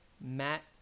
Matt